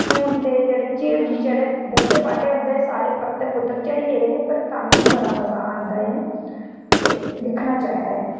हून ते जेह्डे़ चीड़ जेह्डे़ बूह्टे बाह्टे होंदे सारे पत्तर पुतर झड़ी गेदे हे पर ताह्मीं बड़ा मजा आंदा ऐ ते दिक्खना चाहिदा ऐ